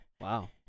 Wow